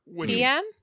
PM